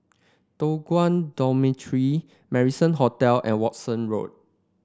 Toh Guan Dormitory Marrison Hotel and Walton Road